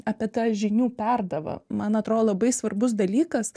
apie tą žinių perdavą man atrodo labai svarbus dalykas